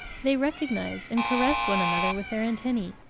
they recognised and caressed one another with their antennae.